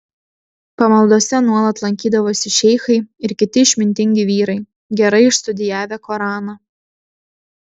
pamaldose nuolat lankydavosi šeichai ir kiti išmintingi vyrai gerai išstudijavę koraną